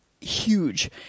huge